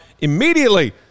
immediately